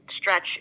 stretch